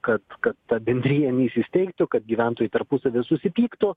kad kad ta bendrija neįsisteigtų kad gyventojai tarpusavy susipyktų